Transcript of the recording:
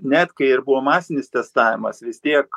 net kai ir buvo masinis testavimas vis tiek